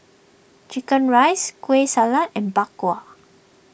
Chicken Rice Kueh Salat and Bak Kwa